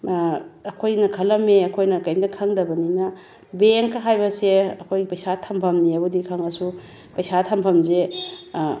ꯑꯩꯈꯣꯏꯅ ꯈꯜꯂꯝꯃꯦ ꯑꯩꯈꯣꯏꯅ ꯀꯩꯝꯇ ꯈꯪꯗꯕꯅꯤꯅ ꯕꯦꯡꯛ ꯍꯥꯏꯕꯁꯦ ꯑꯩꯈꯣꯏ ꯄꯩꯁꯥ ꯊꯝꯐꯝꯅꯦꯕꯨꯗꯤ ꯈꯪꯉꯁꯨ ꯄꯩꯁꯥ ꯊꯝꯐꯝꯁꯦ